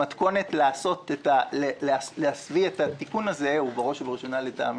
המתכונת להביא את התיקון הזה ובראש ובראשונה לדעתי